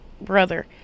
brother